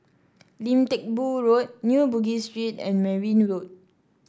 Lim Teck Boo Road New Bugis Street and Merryn Road